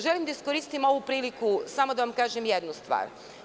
Želim da iskoristim ovu priliku da vam kažem samo jednu stvar.